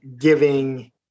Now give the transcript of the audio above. giving